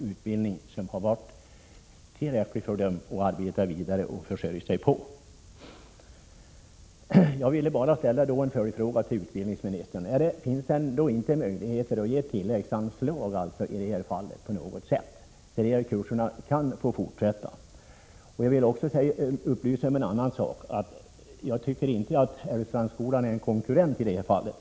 Utbildningen har alltså möjliggjort för dem att få ett arbete som de kan försörja sig på. Jag vill till slut ställa en följdfråga till utbildningsministern. Finns det inga möjligheter för regeringen att i det här fallet ge tilläggsanslag eller på annat sätt medverka till att utbildningen får fortsätta? Jag vill tillägga att jag inte tycker att Älvstrandsskolan är någon konkurrent i sammanhanget.